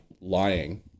lying